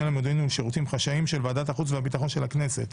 למודיעין ולשירותים חשאיים של ועדת החוץ והביטחון של הכנסת.